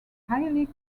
highly